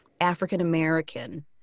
african-american